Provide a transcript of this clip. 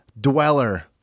dweller